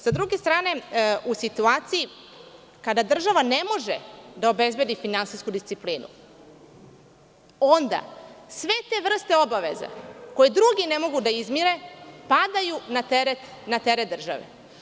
Sa druge strane u situaciji kada država ne može da obezbedi finansijsku disciplinu, onda sve te vrste obaveza koje drugi ne mogu da izmire, padaju na teret države.